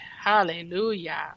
Hallelujah